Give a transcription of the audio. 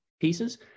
pieces